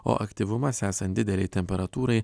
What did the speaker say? o aktyvumas esant didelei temperatūrai